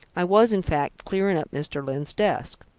i was, in fact, clearing up mr. lyne's desk.